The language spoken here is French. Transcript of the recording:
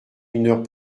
mineurs